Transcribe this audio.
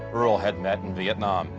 earl had met in vietnam.